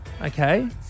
okay